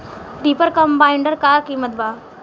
Reaper combiner का किमत बा?